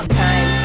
time